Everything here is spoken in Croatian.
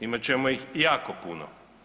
Imat ćemo ih jako puno.